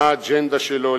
מה האג'נדה שלו?